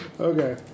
Okay